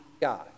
God